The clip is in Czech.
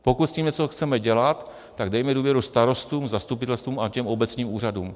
Pokud s tím něco chceme dělat, tak dejme důvěru starostům, zastupitelstvům a těm obecním úřadům.